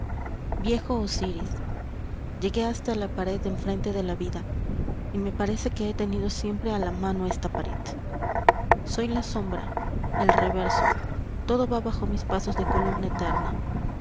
viejo osiris llegué hasta la pared de enfrente de la vida y me parece que he tenido siempre a la mano esta pared soy la sombra el reverso todo va bajo mis pasos de columna eterna